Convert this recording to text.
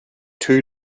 two